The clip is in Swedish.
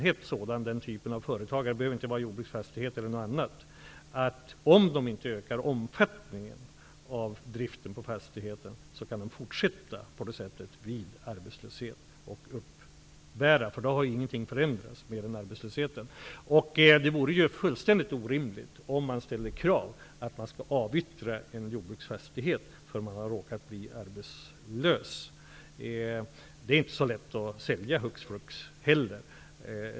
Reglerna för den typen av företagare -- det behöver inte vara fråga om jordbruk -- innebär att om de inte ökar omfattningen av driften kan de uppbära ersättning. I så fall har ju ingenting förändrats -- förutom att de har blivit arbetslösa. Det vore helt orimligt om det ställdes krav på att man skall avyttra en jordbruksfastighet för att man har råkat bli arbetslös. Det är inte heller så lätt att hux flux sälja en sådan fastighet.